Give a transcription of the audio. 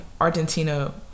Argentina